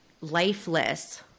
lifeless